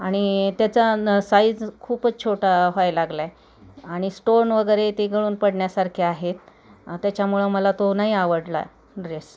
आणि त्याचा न साईज खूपच छोटा व्हाय लागलाय आणि स्टोन वगैरे ते गळून पडण्यासारखे आहेत त्याच्यामुळं मला तो नाही आवडला आहे ड्रेस